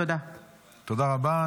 תודה רבה.